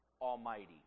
Almighty